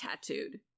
tattooed